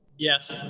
yes.